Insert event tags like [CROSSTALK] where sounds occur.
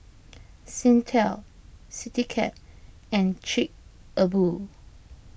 [NOISE] Singtel CityCab and Chic A Boo